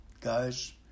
Guys